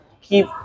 keep